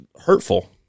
hurtful